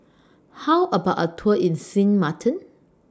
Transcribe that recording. How about A Tour in Sint Maarten